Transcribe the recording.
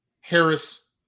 Harris